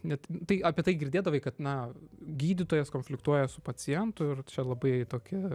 net tai apie tai girdėdavai kad na gydytojas konfliktuoja su pacientu ir čia labai tokie